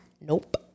Nope